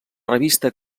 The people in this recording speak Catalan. revista